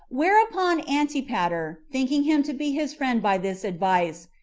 whereupon antipater, thinking him to be his friend by this advice,